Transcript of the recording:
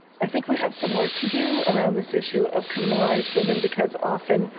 i think we have some work to do around this issue of criminalized women because often